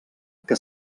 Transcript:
que